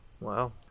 Wow